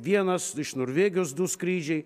vienas iš norvegijos du skrydžiai